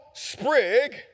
Sprig